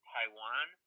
Taiwan